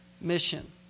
mission